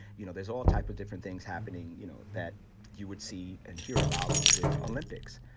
you know, there's all type of different things happening, you know, that you would see and hear about with olympics.